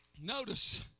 Notice